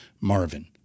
marvin